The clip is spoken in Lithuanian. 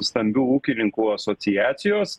stambių ūkininkų asociacijos